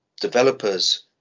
developers